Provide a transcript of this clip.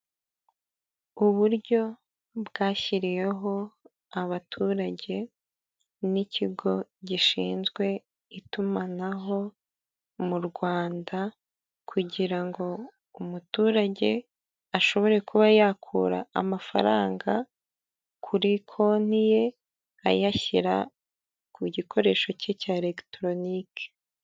Uburyo bwashyiriweho abaturage n'ikigo gishinzwe itumanaho mu Rwanda, kugirango umuturage ashobore kuba yakura amafaranga kuri konti ye, ayashyira ku gikoresho cye cya elegitoronike.